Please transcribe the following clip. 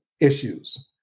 issues